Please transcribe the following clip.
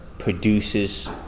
Produces